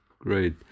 great